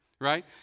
right